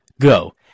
go